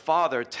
Father